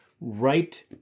right